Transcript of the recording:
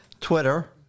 Twitter